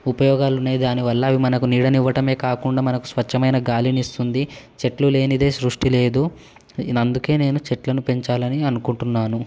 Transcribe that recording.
ఉపయోగాలు ఉన్నాయి దాని వల్ల అవి మనకు నీడని ఇవ్వటమే కాకుండా మనకు స్వచ్ఛమైన గాలిని ఇస్తుంది చెట్లు లేనిదే సృష్టి లేదు అందుకే నేను చెట్లను పెంచాలని అనుకుంటున్నాను